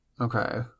okay